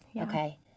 Okay